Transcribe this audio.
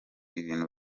ibintu